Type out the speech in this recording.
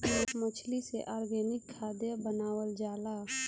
मछली से ऑर्गनिक खाद्य बनावल जाला